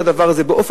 בעוד